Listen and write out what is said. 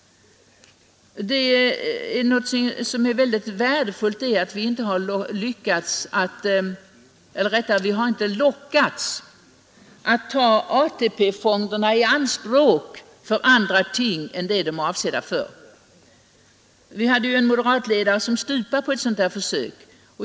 Mycket värdefullt är att vi inte har lockats att ta ATP-fonderna i anspråk för andra ting än de är avsedda för. Det var ju en moderatledare som stupade på ett sådant förslag.